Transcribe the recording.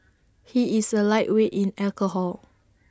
he is A lightweight in alcohol